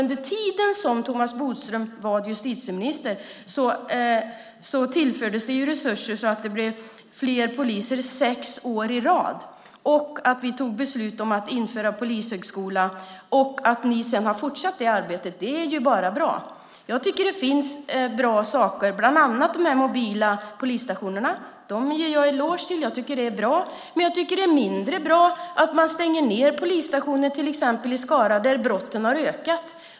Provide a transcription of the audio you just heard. Under tiden då Thomas Bodström var justitieminister tillfördes det resurser så att det blev fler poliser sex år i rad. Vi tog beslut om att införa en polishögskola. Att ni sedan har fortsatt det arbetet är bara bra. Jag tycker att det finns bra saker, bland annat de mobila polisstationerna; dem ger jag en eloge till. Men jag tycker att det är mindre bra att man stänger polisstationer, till exempel i Skara, där brotten har ökat.